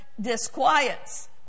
disquiets